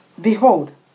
Behold